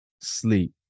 Sleep